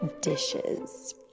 dishes